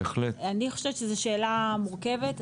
אני חושבת שזו שאלה מורכבת.